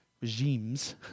regimes